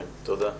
תודה.